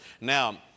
Now